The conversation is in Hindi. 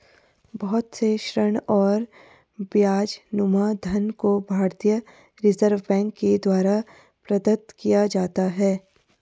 बहुत से ऋण और ब्याजनुमा धन को भारतीय रिजर्ब बैंक के द्वारा प्रदत्त किया जाता है